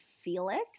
Felix